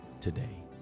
today